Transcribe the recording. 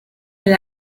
del